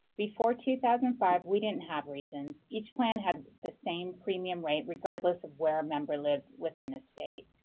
before two thousand and five, we didn't have regions. each plan had the same premium rate regardless of where a member lived within the state.